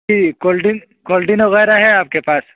ہی کول ڈن کول ڈن وغیرہ ہے آپ کے پاس